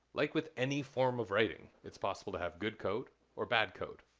like with any form of writing, it's possible to have good code or bad code.